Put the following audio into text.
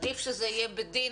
עדיף שזה יהיה בדין.